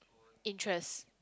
interest